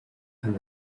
and